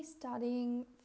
studying